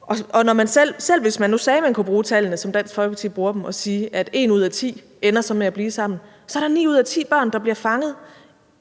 Og selv, hvis man nu sagde, at man kunne bruge tallene, som Dansk Folkeparti bruger dem, altså at en ud af ti så ender med at blive sammen, så er der ni ud af ti børn, der bliver fanget